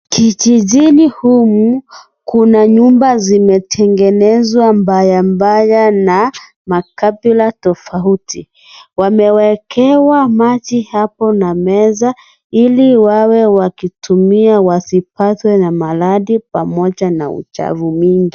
Kijijini humu, kuna nyumba zimetengenezwa mbaya mbaya na makabila tofauti. Wamewekewa maji hapo na meza Ili wawe wakitumia wasipatwe na maradhi pamoja na machafu mingi.